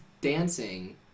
dancing